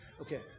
Okay